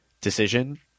decision